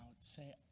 Say